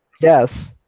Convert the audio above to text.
Yes